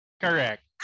correct